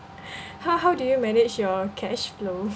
how how do you manage your cash flow